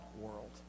world